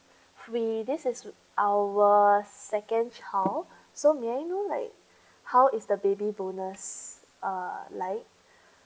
we this is our second child so may I know like how is the baby bonus uh like